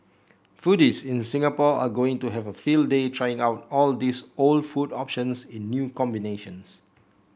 foodies in Singapore are going to have a field day trying out all these old food options in new combinations